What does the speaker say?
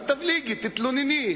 אל תבליגי, תתלונני.